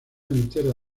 entera